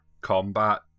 combat